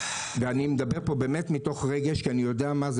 ואני מדבר פה באמת מתוך רגש כי אני יודע מה זה